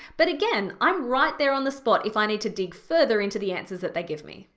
but again, i'm right there on the spot if i need to dig further into the answers that they give me.